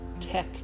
tech